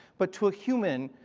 but to a human,